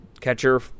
Catcher